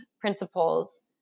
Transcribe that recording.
principles